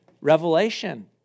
revelation